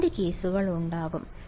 രണ്ട് കേസുകൾ ഉണ്ടാകും